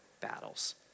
battles